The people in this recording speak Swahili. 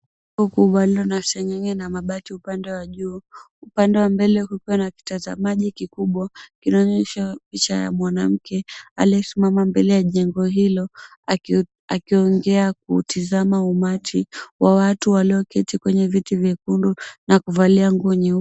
kubwa lililo na seng'enge na mabati upande wa juu, upande wa mbele kukiwa na kitita cha maji kikubwa, kinaonyesha picha ya mwanamke aliyesimama mbele ya jengo hilo akiongea kutizama umati wa watu walioketi kwenye viti vyekundu na kuvalia nguo nyeupe.